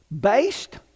Based